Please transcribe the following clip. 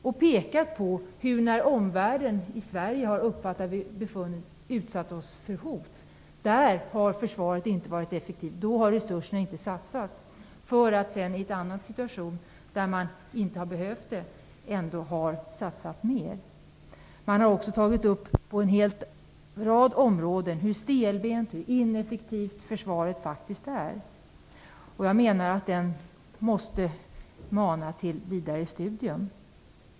Han pekar på att försvaret inte har varit effektivt när omvärlden har utsatt Sverige för hot. Då har inte resurser satsats medan man i andra situationer, då resurserna inte har behövts, ändå har satsat mer. I utvärderingen har också tagits upp hur stelbent och ineffektivt försvaret faktiskt är på en rad områden. Jag menar att utvärderingen måste mana till vidare studium.